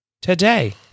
today